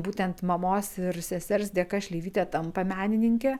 būtent mamos ir sesers dėka šleivytė tampa menininke